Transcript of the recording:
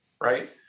right